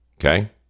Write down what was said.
Okay